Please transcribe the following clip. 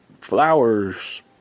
flowers